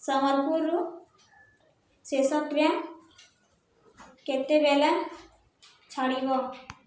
ସମ୍ବଲପୁରରୁ ଶେଷ ଟ୍ରେନ୍ କେତେବେଳେ ଛାଡ଼ିବ